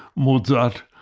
mozart,